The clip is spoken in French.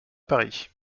paris